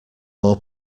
more